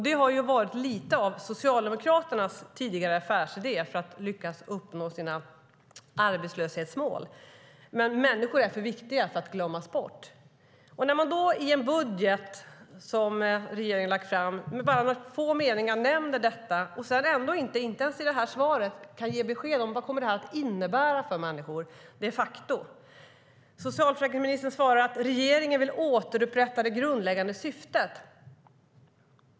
Det har ju varit lite av Socialdemokraternas tidigare affärsidé för att lyckas uppnå sina arbetslöshetsmål. Men människor är för viktiga för att glömmas bort. Socialförsäkringsministern svarar att regeringen vill återupprätta det grundläggande syftet.